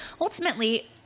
ultimately